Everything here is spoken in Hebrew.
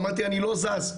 אמרתי אני לא זז,